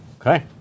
Okay